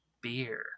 beer